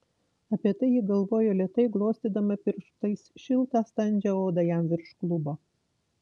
apie tai ji galvojo lėtai glostydama pirštais šiltą standžią odą jam virš klubo